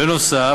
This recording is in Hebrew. בנוסף,